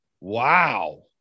wow